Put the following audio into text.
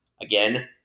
again